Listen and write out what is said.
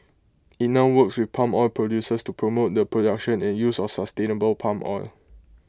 IT now works with palm oil producers to promote the production and use of sustainable palm oil